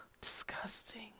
Disgusting